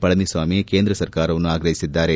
ಪಳನಿಸ್ವಾಮಿ ಕೇಂದ್ರ ಸರ್ಕಾರವನ್ನು ಆಗ್ರಹಿಸಿದ್ದಾರೆ